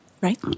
Right